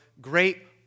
great